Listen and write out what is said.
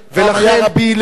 פעם היה רבי הלל,